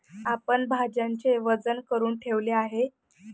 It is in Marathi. आपण भाज्यांचे वजन करुन ठेवले आहे